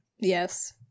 Yes